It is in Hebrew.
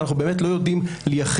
אנחנו באמת לא יודעים לייחד.